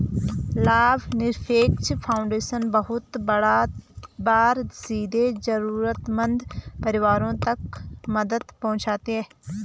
लाभनिरपेक्ष फाउन्डेशन बहुत बार सीधे जरूरतमन्द परिवारों तक मदद पहुंचाते हैं